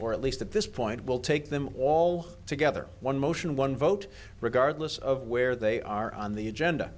or at least at this point will take them all together one motion one vote regardless of where they are on the agenda